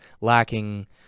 lacking